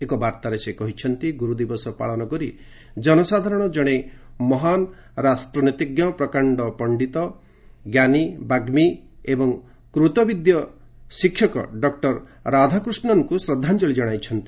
ଏକ ବାର୍ତ୍ତାରେ ସେ କହିଛନ୍ତି ଗୁରୁଦିବସ ପାଳନ କରି ଜନସାଧାରଣ ଜଣେ ମହାନ ରାଷ୍ଟ୍ରନୀତିଜ୍ଞ ପ୍ରକାଶ୍ଡ ପଣ୍ଡିତ ଜ୍ଞାନୀ ବାଗ୍ନୀ ଏବଂ ଶିକ୍ଷକ ସମାଜର ଜଣେ କୃତବିଦ୍ୟ ବ୍ୟକ୍ତିତ୍ୱ ଡକୁର ରାଧାକୃଷ୍ଣନଙ୍କୁ ଶ୍ରଦ୍ଧାଞ୍ଜଳି ଜଣାଇଛନ୍ତି